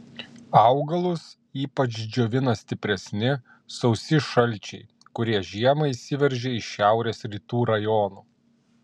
augalus ypač džiovina stipresni sausi šalčiai kurie žiemą įsiveržia iš šiaurės rytų rajonų